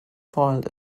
foiled